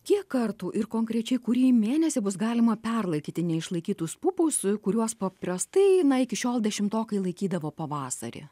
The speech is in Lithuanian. kiek kartų ir konkrečiai kurį mėnesį bus galima perlaikyti neišlaikytus pupus kuriuos paprastai na iki šiol dešimtokai laikydavo pavasarį